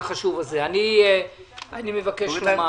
רבותיי, ראשית, אני מודה לכם,